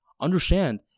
Understand